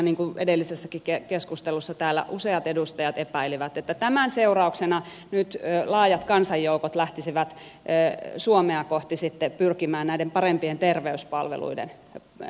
niin kuin edellisessäkin keskustelussa täällä useat edustajat epäilivät että tämän seurauksena nyt laajat kansanjoukot lähtisivät suomea kohti sitten pyrkimään näiden parempien terveyspalveluiden perässä